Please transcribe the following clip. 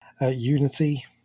Unity